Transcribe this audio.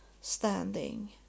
standing